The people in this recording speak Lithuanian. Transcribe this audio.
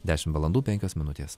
dešim valandų penkios minutės